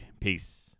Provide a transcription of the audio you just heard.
Peace